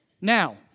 Now